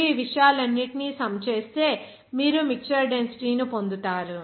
మీరు ఈ విషయాలన్నింటినీ సమ్ చేస్తే మిక్చర్ డెన్సిటీ ను పొందుతారు